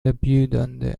erbjudande